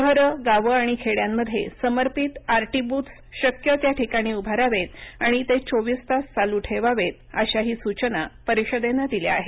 शहरं गावं आणि खेड्यांमध्ये समर्पित आरएटी ब्रथ्स शक्य त्या ठिकाणी उभारावेत आणि ते चोवीस तास चालू ठेवावेत अशाही सूचना परिषदेनं दिल्या आहेत